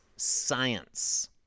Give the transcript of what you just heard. Science